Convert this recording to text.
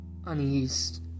uneased